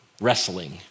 wrestling